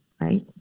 right